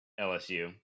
lsu